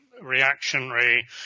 reactionary